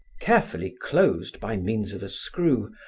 carefully closed by means of a screw,